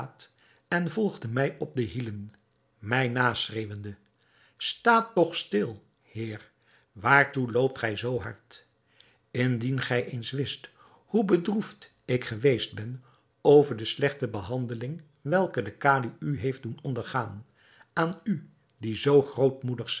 en volgde mij op de hielen mij naschreeuwende sta toch stil heer waartoe loopt gij zoo hard indien gij eens wist hoe bedroefd ik geweest ben over de slechte behandeling welke de kadi u heeft doen ondergaan aan u die zoo grootmoedig